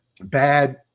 bad